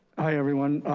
hi everyone.